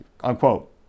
Unquote